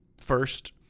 first